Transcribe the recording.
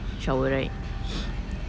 shower right